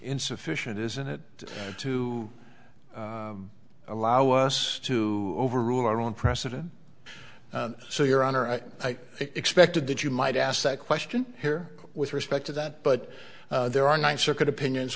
insufficient isn't it to allow us to overrule our own precedent so your honor i expected that you might ask that question here with respect to that but there are nine circuit opinions